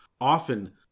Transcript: often